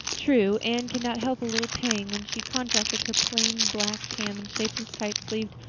true, anne could not help a little pang when she contrasted her plain black tam and shapeless, tight-sleeved,